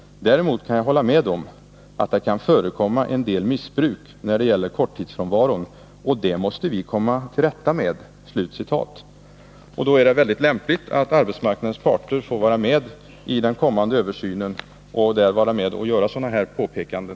Däremot kan jag hålla med om att det kan förekomma en del missbruk när det gäller korttidsfrånvaron. Och det måste vi komma till rätta med.” Det är mycket lämpligt att arbetsmarknadens parter får vara med i den kommande översynen och då göra sådana här påpekanden.